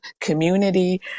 community